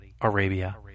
Arabia